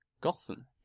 Gotham